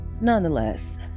nonetheless